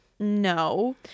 no